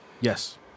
Yes